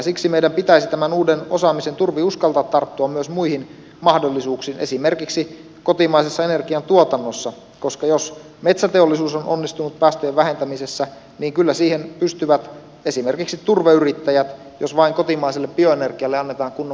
siksi meidän pitäisi tämän uuden osaamisen turvin uskaltaa tarttua myös muihin mahdollisuuksiin esimerkiksi kotimaisessa energiantuotannossa koska jos metsäteollisuus on onnistunut päästöjen vähentämisessä niin kyllä siihen pystyvät esimerkiksi turveyrittäjät jos vain kotimaiselle bioenergialle annetaan kunnon mahdollisuus